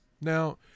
Now